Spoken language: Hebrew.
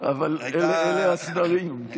אבל אלה הסדרים.